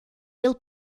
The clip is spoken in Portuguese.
ele